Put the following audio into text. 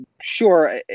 sure